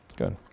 Good